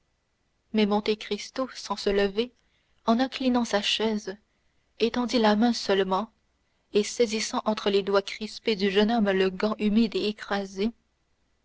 mais monte cristo sans se lever en inclinant sa chaise étendit la main seulement et saisissant entre les doigts crispés du jeune homme le gant humide et écrasé